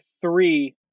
three